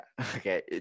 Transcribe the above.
Okay